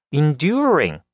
enduring